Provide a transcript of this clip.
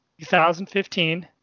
2015